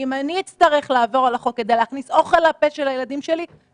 לא ננצח את זה לעולם אם הציבור לא יבין